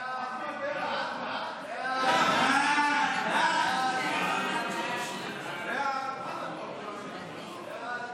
ההצעה להעביר את הצעת חוק שירות המדינה